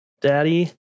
daddy